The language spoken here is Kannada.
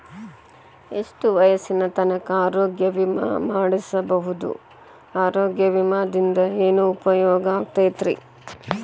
ಎಷ್ಟ ವಯಸ್ಸಿನ ತನಕ ಆರೋಗ್ಯ ವಿಮಾ ಮಾಡಸಬಹುದು ಆರೋಗ್ಯ ವಿಮಾದಿಂದ ಏನು ಉಪಯೋಗ ಆಗತೈತ್ರಿ?